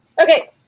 Okay